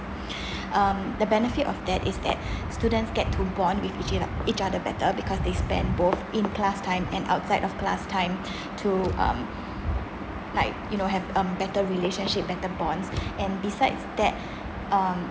um the benefit of that is that students get to bond with eac~ each other better because they spend both in class time and outside of class time to um like you know have um better relationship better bonds and besides that um